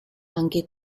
anche